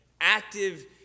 active